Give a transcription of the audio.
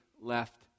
left